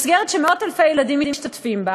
מסגרת שמאות-אלפי ילדים משתתפים בה,